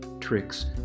tricks